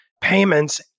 payments